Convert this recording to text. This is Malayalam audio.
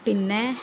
പിന്നേ